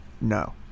No